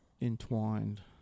entwined